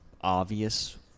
obvious